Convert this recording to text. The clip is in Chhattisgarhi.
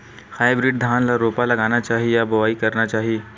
हाइब्रिड धान ल रोपा लगाना चाही या बोआई करना चाही?